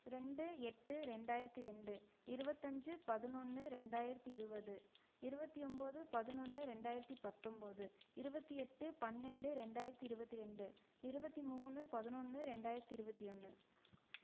ரெண்டு எட்டு ரெண்டாயிரத்து ரெண்டு இருபத்தஞ்சு பதினொன்னு ரெண்டாயிரத்து இருபது இருபத்தி ஒம்பது பதினொன்னு ரெண்டாயிரத்து பத்தொம்பது இருபத்தி எட்டு பன்னெண்டு ரெண்டாயிரத்து இருபத்தி ரெண்டு இருபத்தி மூணு பதினொன்னு ரெண்டாயிரத்து இருபத்தியொன்னு